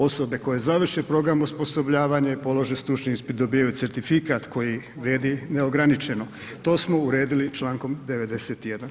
Osobe koje završe program osposobljavanja i polože stručni ispit dobivaju certifikat koji vrijedi neograničeno, to smo uredili člankom 91.